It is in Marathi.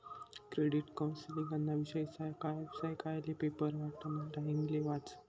क्रेडिट कौन्सलिंगना विषयी सकाय सकायले पेपर वाटाना टाइमले वाचं